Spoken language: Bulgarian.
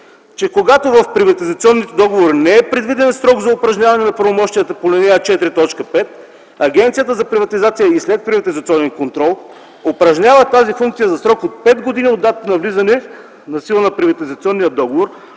че когато в приватизационните договори не е предвиден срок за упражняване на правомощията по ал. 4, т. 5, Агенцията за приватизация и следприватизационен контрол упражнява тази функция за срок от пет години от датата на влизане в сила на приватизационния договор,